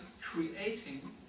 creating